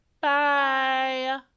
Bye